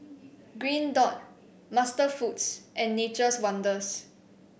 Green Dot MasterFoods and Nature's Wonders